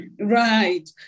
Right